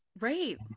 Right